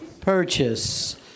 purchase